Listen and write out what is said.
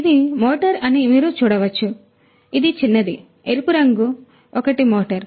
కాబట్టి కింద ఇది మోటారు అని మీరు చూడవచ్చు ఇది చిన్నది ఎరుపు రంగు ఒకటి మోటారు